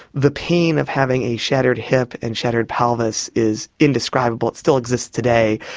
the pain of having a shattered hip and shattered pelvis is indescribable, it still exists today.